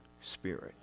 spirit